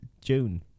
June